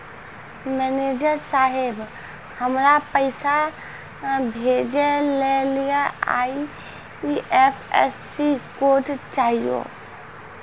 manager साहब, हमरा पैसा भेजै लेली आई.एफ.एस.सी कोड चाहियो